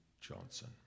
Johnson